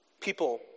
people